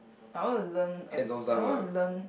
I want to learn a I want to learn